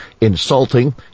insulting